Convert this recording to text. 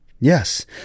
yes